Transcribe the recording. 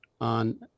on